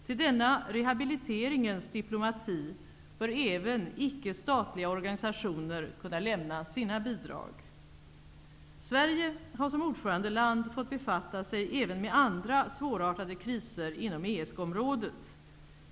Till denna rehabiliteringens diplomati bör även icke-statliga organisationer kunna lämna sina bidrag. Sverige har som ordförandeland fått befatta sig även med andra svårartade kriser inom ESK området.